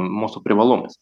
mūsų privalumais